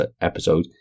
episode